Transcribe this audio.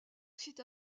sites